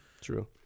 True